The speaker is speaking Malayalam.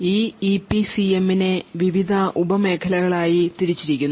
ഈ ഇപിസിഎമ്മിനെ വിവിധ ഉപമേഖലകളായി തിരിച്ചിരിക്കുന്നു